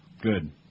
Good